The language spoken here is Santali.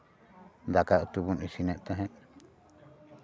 ᱫᱟᱠᱟ ᱩᱛᱩ ᱵᱚᱱ ᱤᱥᱤᱱᱮᱫ ᱛᱟᱦᱮᱸᱫ